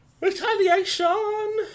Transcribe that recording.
retaliation